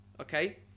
okay